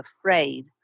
afraid